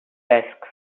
desk